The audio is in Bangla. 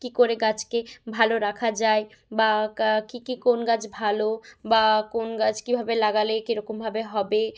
কী করে গাছকে ভালো রাখা যায় বা কী কী কোন গাছ ভালো বা কোন গাছ কীভাবে লাগালে কীরকমভাবে হবে